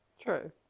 True